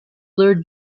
blurred